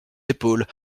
épaules